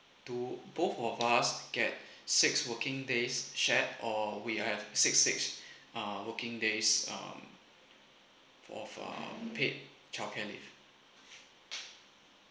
do both of us get six working days shared or we have six six uh working days um of um paid childcare leave